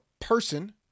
person